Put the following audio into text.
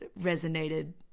resonated